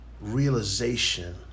realization